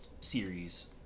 series